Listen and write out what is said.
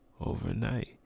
overnight